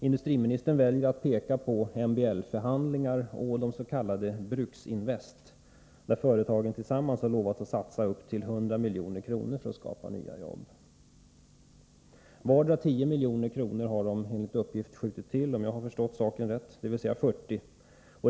Industriministern väljer att peka på MBL-förhandlingar och det s.k. Bruksinvest, där företagen tillsammans har lovat att satsa upp till 100 milj.kr. för att skapa nya jobb. Vardera 10 milj.kr. har de enligt uppgift skjutit till, dvs. 40 milj.kr. tillsammans.